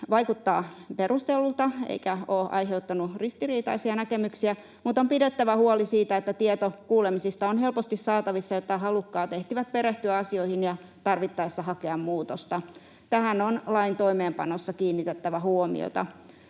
vaikuttaa perustellulta eikä ole aiheuttanut ristiriitaisia näkemyksiä, mutta on pidettävä huoli siitä, että tieto kuulemisista on helposti saatavissa, jotta halukkaat ehtivät perehtyä asioihin ja tarvittaessa hakea muutosta. Tähän on lain toimeenpanossa kiinnitettävä huomiota.